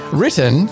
written